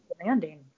demanding